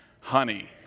honey